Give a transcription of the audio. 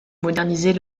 moderniser